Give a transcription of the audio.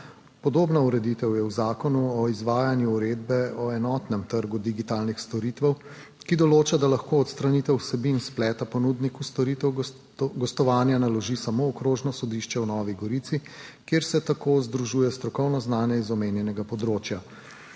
Podobna ureditev je v Zakonu o izvajanju Uredbe (EU) o enotnem trgu digitalnih storitev, ki določa, da lahko odstranitev vsebin spleta ponudniku storitev gostovanja naloži samo Okrožno sodišče v Novi Gorici, kjer se tako združuje strokovno znanje iz omenjenega področja.